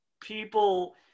people